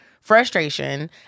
frustration